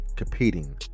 competing